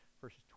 verses